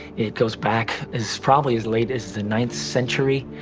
it goes back as probably as late as the ninth century,